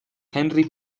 henri